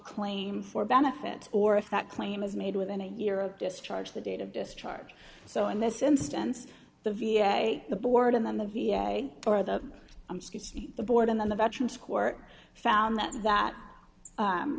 claim for benefit or if that claim is made within a year of discharge the date of discharge so in this instance the v a the board and then the v a or the m six the board and then the veterans court found that that